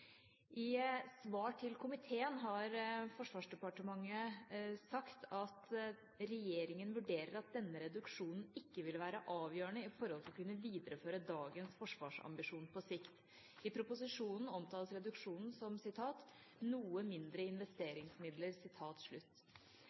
I svar til komiteen har Forsvarsdepartementet sagt at regjeringa vurderer at denne reduksjonen ikke ville være avgjørende når det gjelder å kunne videreføre dagens forsvarsambisjon på sikt. I proposisjonen omtales reduksjonen som noe mindre investeringsmidler.